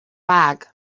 bag